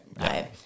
right